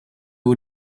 all